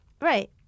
Right